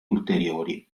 ulteriori